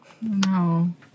No